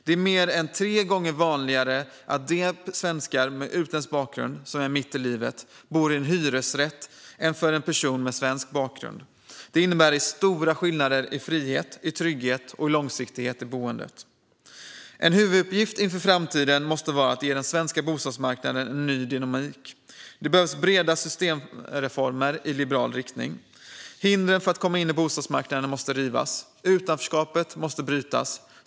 Det är mer än tre gånger vanligare att en svensk med utländsk bakgrund mitt i livet bor i hyresrätt än att en person med svensk bakgrund gör det. Detta innebär stora skillnader när det gäller frihet, trygghet och långsiktighet i boendet. En huvuduppgift inför framtiden måste vara att ge den svenska bostadsmarknaden en ny dynamik. Det behövs breda systemreformer i liberal riktning. Hindren för att komma in på bostadsmarknaden måste rivas. Utanförskapet måste brytas.